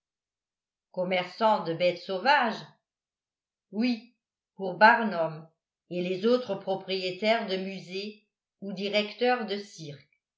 commerçant de bêtes sauvages oui pour barnum et les autres propriétaires de musée ou directeurs de cirque